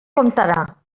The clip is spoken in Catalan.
comptarà